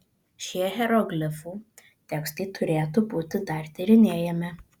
šie hieroglifų tekstai turėtų būti dar tyrinėjami